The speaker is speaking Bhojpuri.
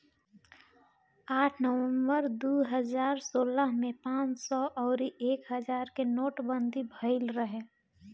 आठ नवंबर दू हजार सोलह में पांच सौ अउरी एक हजार के नोटबंदी भईल रहे